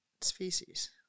species